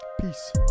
Peace